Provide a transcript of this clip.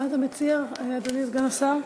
מה אתה מציע, אדוני סגן השר?